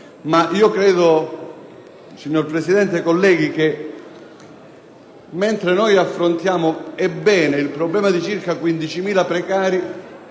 Credo però, signor Presidente e colleghi, che mentre noi affrontiamo - e bene - il problema di circa 15.000 precari,